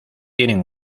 tienen